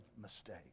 mistake